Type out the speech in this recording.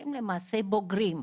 כשהם למעשה בוגרים.